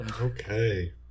Okay